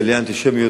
גלי האנטישמיות,